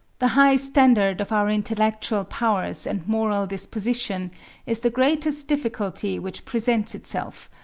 the high standard of our intellectual powers and moral disposition is the greatest difficulty which presents itself,